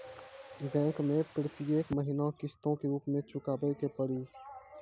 Bank मैं प्रेतियेक महीना किस्तो के रूप मे चुकाबै के पड़ी?